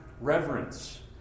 reverence